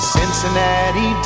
Cincinnati